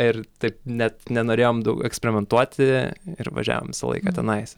ir taip net nenorėjom dau eksperimentuoti ir važiavom visą laiką tenais